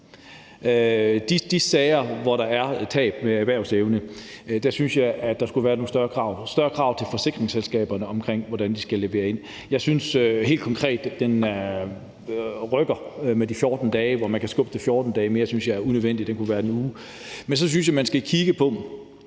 de sager, hvor der er tab af erhvervsevne, synes jeg der skulle være nogle større krav til forsikringsselskaberne om, hvordan de skal levere. Jeg synes helt konkret, at det er nok, at man kan skubbe det 14 dage. Længere tid synes jeg er unødvendigt, og det kunne også være en uge. Jeg synes, at man skulle